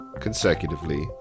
consecutively